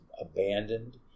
abandoned